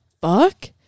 fuck